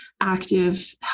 active